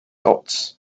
dots